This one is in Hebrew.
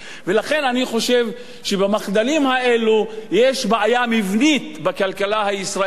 ולכן אני חושב שבמחדלים האלה יש בעיה מבנית בכלכלה הישראלית,